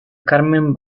carmen